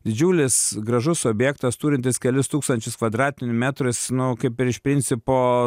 didžiulis gražus objektas turintis kelis tūkstančius kvadratinių metrų jis nu kaip ir iš principo